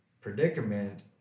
predicament